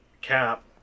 Cap